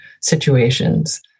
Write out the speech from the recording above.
situations